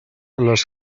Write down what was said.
les